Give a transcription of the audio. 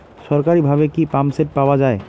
সরকারিভাবে কি পাম্পসেট পাওয়া যায়?